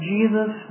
Jesus